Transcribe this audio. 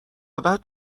بعد